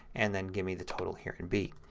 and then give me the total here in b.